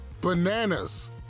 Bananas